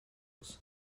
was